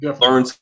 Learn